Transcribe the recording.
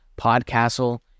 Podcastle